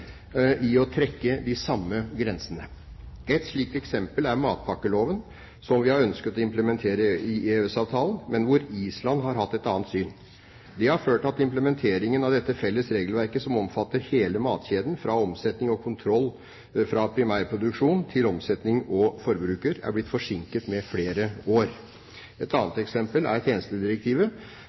i å trekke de samme grensene. Et slikt eksempel er matlovpakken, som vi har ønsket å implementere i EØS-avtalen, men hvor Island har hatt et annet syn. Det har ført til at implementeringen av dette felles regelverket som omfatter hele matkjeden, fra omsetning og kontroll fra primærproduksjon, til omsetning og forbruker, er blitt forsinket med flere år. Et annet eksempel er tjenestedirektivet,